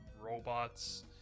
robots